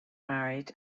married